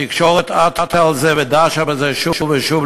התקשורת עטה על זה ודשה בזה שוב ושוב,